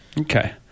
Okay